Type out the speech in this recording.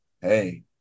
hey